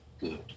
good